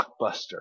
blockbuster